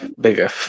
bigger